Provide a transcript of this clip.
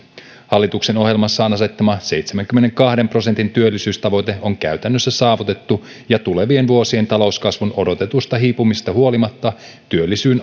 hallituksen ohjelmassaan asettama seitsemänkymmenenkahden prosentin työllisyystavoite on käytännössä saavutettu ja tulevien vuosien talouskasvun odotetusta hiipumisesta huolimatta